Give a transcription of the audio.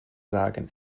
sagen